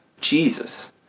Jesus